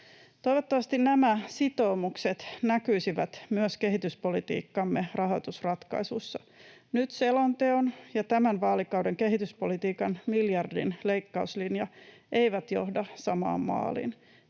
Toivottavasti nämä sitoumukset näkyisivät myös kehityspolitiikkamme rahoitusratkaisussa. Nyt selonteon ja tämän vaalikauden kehityspolitiikan miljardin leikkauslinja eivät johda samaan maaliin.